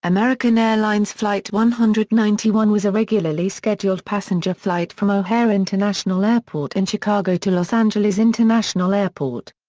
american airlines flight one hundred and ninety one was a regularly scheduled passenger flight from o'hare international airport in chicago to los angeles international airport.